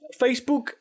Facebook